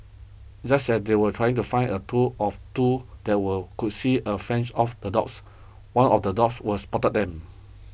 just as they were trying to find a tool of two that will could see a French off the dogs one of the dogs was spotted them